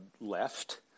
left